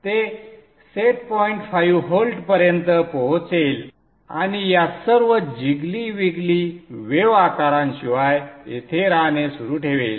ते set point 5 व्होल्टपर्यंत पोहोचेल आणि या सर्व जिग्ली विग्ली वेव आकारांशिवाय येथे राहणे सुरू ठेवेल